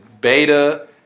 beta